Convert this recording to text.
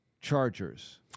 Chargers